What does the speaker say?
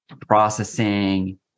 processing